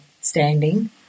standing